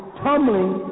tumbling